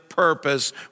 Purpose